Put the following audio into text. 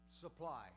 supply